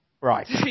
Right